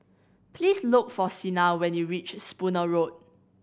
please look for Sina when you reach Spooner Road